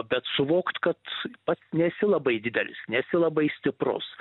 bet suvokt kad pats nesi labai didelis nesi labai stiprus